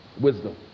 Wisdom